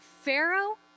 Pharaoh